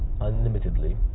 unlimitedly